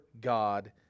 God